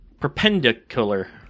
Perpendicular